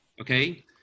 okay